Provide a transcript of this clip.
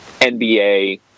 NBA